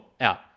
out